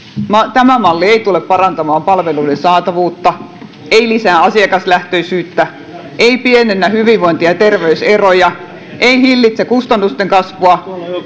tämä malli ei tule parantamaan palveluiden saatavuutta ei lisää asiakaslähtöisyyttä ei pienennä hyvinvointi ja ja terveyseroja ei hillitse kustannusten kasvua